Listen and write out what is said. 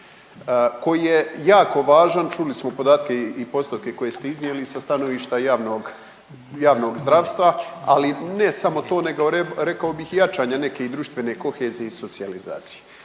koji je jako važan. Čuli smo podatke i postotke koje ste iznijeli sa stanovišta javnog zdravstva. Ali ne samo to, nego rekao bih i jačanja neke društvene kohezije i socijalizacije.